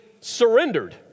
surrendered